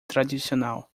tradicional